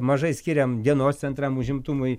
mažai skiriam dienos centram užimtumui